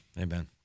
Amen